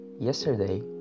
Yesterday